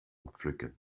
pflücken